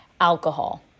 alcohol